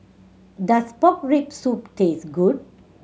does pork rib soup taste good